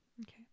Okay